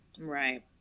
Right